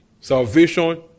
salvation